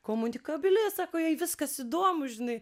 komunikabili sako jai viskas įdomu žinai